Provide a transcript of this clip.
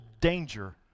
danger